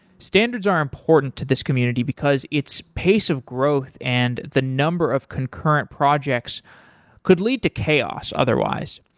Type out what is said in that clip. standards are important to this community because its pace of growth and the number of concurrent projects could lead to chaos otherwise.